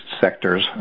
sectors